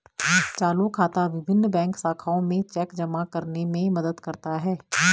चालू खाता विभिन्न बैंक शाखाओं में चेक जमा करने में मदद करता है